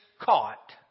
caught